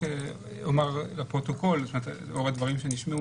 אומר לפרוטוקול לאור הדברים שנשמעו